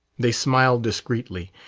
they smiled discreetly,